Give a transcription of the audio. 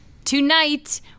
Tonight